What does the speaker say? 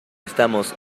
estamos